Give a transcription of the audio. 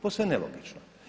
Posve nelogično.